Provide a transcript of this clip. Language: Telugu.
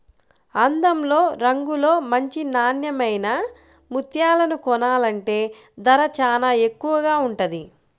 అందంలో, రంగులో మంచి నాన్నెమైన ముత్యాలను కొనాలంటే ధర చానా ఎక్కువగా ఉంటది